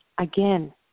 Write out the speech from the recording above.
again